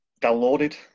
downloaded